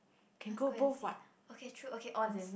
let's go and see okay true okay on